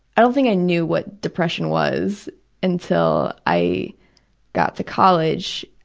i don't think i knew what depression was until i got to college.